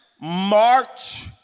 march